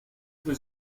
fue